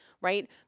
right